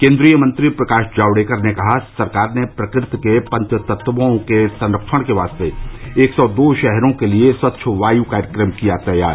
केंद्रीय मंत्री प्रकाश जावड़ेकर ने कहा सरकार ने प्रकृति के पंचतत्वों के संरक्षण के वास्ते एक सौ दो शहरों के लिए स्वच्छ वायु कार्यक्रम किया तैयार